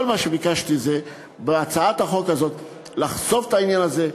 כל מה שביקשתי בהצעת החוק הזאת זה לחשוף את העניין הזה,